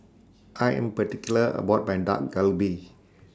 I Am particular about My Dak Galbi